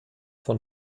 von